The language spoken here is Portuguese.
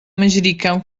manjericão